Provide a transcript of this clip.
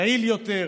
יעיל יותר,